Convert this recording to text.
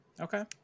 okay